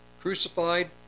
crucified